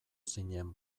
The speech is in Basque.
zinen